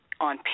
on